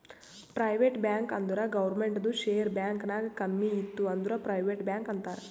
private bank ಅಂದುರ್ ಗೌರ್ಮೆಂಟ್ದು share bank ನಾಗ್ ಕಮ್ಮಿ ಇತ್ತು ಅಂದುರ್ ಪ್ರೈವೇಟ್ ಬ್ಯಾಂಕ್ ಅಂತಾರ್